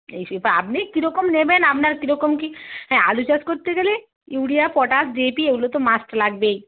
এই সে তো আপনি কীরকম নেবেন আপনার কীরকম কী হ্যাঁ আলু চাষ করতে গেলে urea potash D A P ওগুলো তো মাস্ট লাগবেই